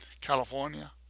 California